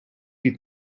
you